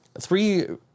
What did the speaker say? three